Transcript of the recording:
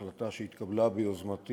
החלטה שהתקבלה ביוזמתי